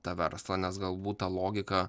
tą verslą nes galbūt ta logika